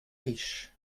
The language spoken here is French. riche